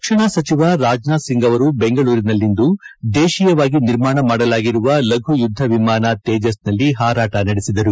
ರಕ್ಷಣಾ ಸಚಿವ ರಾಜನಾಥ್ ಸಿಂಗ್ ಅವರು ಬೆಂಗಳೂರಿನಲ್ಲಿಂದು ದೇಶೀಯವಾಗಿ ನಿರ್ಮಾಣ ಮಾಡಲಾಗಿರುವ ಲಘು ಯುದ್ಧ ವಿಮಾನ ತೇಜಸ್ ನಲ್ಲಿ ಹಾರಾಟ ನಡೆಸಿದರು